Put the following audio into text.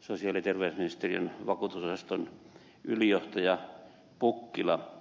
sosiaali ja terveysministeriön vakuutusosaston ylijohtaja pukkila